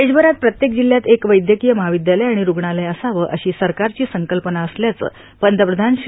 देशभरात प्रत्येक जिल्ह्यात एक वैद्यकीय महाविद्यालय आणि रूग्णालय असावं अशी सरकारची संकल्पना असल्याचं पंतप्रधान श्री